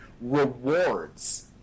rewards